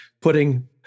putting